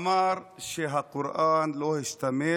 אמר שהקוראן לא השתמש